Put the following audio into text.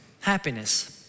Happiness